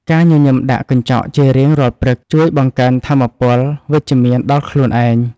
ការញញឹមដាក់កញ្ចក់ជារៀងរាល់ព្រឹក ជួយបង្កើនថាមពលវិជ្ជមានដល់ខ្លួនឯង។